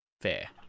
fair